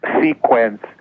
sequence